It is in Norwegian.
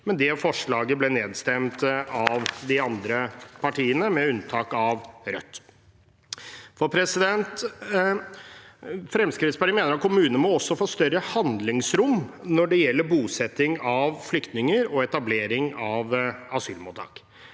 Det forslaget ble nedstemt av de andre partiene, med unntak av Rødt. Fremskrittspartiet mener at kommunene også må få større handlingsrom når det gjelder bosetting av flyktninger og etablering av asylmottak.